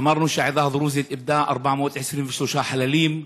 אמרנו שהעדה הדרוזית איבדה 423 חללים,